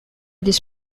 this